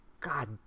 god